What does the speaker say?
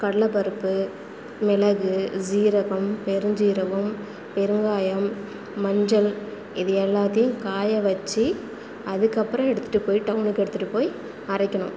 கடலைப்பருப்பு மிளகு ஜீரகம் பெருஞ்ஜீரகம் பெருங்காயம் மஞ்சள் இது எல்லாத்தையும் காய வச்சு அதுக்கப்புறம் எடுத்துகிட்டு போய் டவுனுக்கு எடுத்துகிட்டு போய் அரைக்கணும்